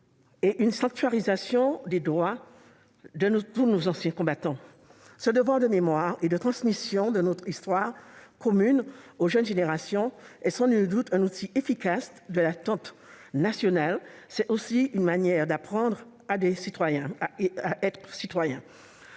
et une sanctuarisation des droits de tous les anciens combattants. Ce devoir de mémoire et de transmission de notre histoire commune aux jeunes générations est sans nul doute un outil efficace en faveur de l'entente nationale. C'est aussi une manière d'apprendre à être citoyen.